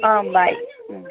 ஆ பை ம்